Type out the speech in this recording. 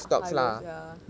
high growth ya